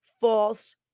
false